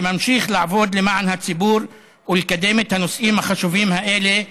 וממשיך לעבוד למען הציבור ולקדם את הנושאים החשובים האלה,